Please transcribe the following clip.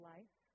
Life